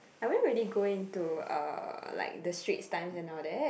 I wouldn't really go into uh like the Straits Times and all that